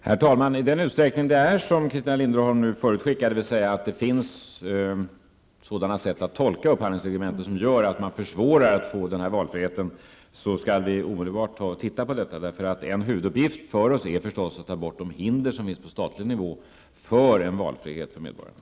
Herr talman! I den utsträckning det är som Christina Linderholm förutskickar, dvs. att upphandlingsreglementet kan tolkas på så sätt att valfriheten försvåras, skall vi omedelbart undersöka detta. En huvuduppgift för oss är förstås att ta bort de hinder som finns på statlig nivå för en valfrihet för medborgarna.